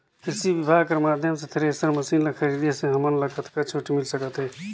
कृषि विभाग कर माध्यम से थरेसर मशीन ला खरीदे से हमन ला कतका छूट मिल सकत हे?